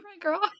girl